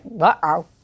uh-oh